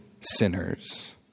sinners